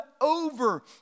over